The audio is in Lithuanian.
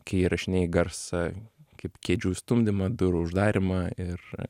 kai įrašinėji garsą kaip kėdžių stumdymą durų uždarymą ir